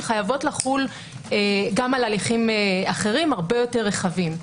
שחייבות לחול גם על הליכים אחרים הרבה יותר רחבים.